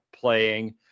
playing